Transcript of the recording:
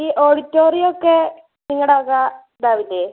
ഈ ഓഡിറ്റോറിയമൊക്കെ നിങ്ങളുടെ വക ഉണ്ടാവില്ലേ